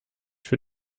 für